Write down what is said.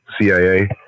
CIA